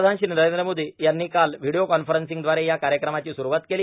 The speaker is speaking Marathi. पंतप्रधान श्री नरेंद्र मोदी यांनी काल व्हिडिओकॉन्फरन्सिंगद्वारे या कार्यक्रमाची सुरवात केली